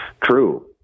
True